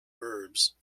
verbs